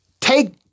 Take